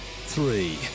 three